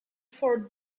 for